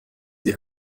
die